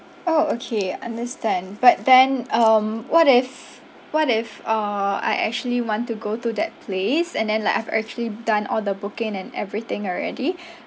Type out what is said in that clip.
orh okay understand but then um what if what if uh I actually want to go to that place and then like I've actually done all the booking and everything already